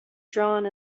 drawn